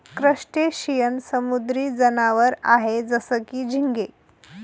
crustacean समुद्री जनावर आहे जसं की, झिंगे